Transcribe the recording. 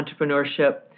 entrepreneurship